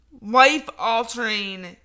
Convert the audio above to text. Life-altering